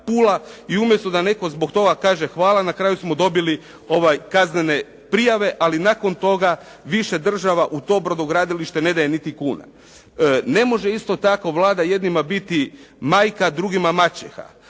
i umjesto da nam netko zbog toga kaže hvala, na kraju smo dobili kaznene prijave, ali nakon toga više država u to brodogradilište ne daje niti kune. Ne može isto tako Vlada nekima biti majka, a drugima maćeha.